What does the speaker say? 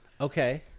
Okay